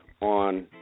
on